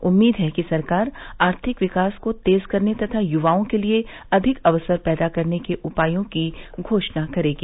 उम्मीद है कि सरकार आर्थिक विकास को तेज करने तथा युवाओं के लिए अधिक अवसर पैदा करने के उपायों की घोषणा करेगी